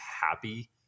happy